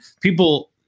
People